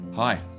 Hi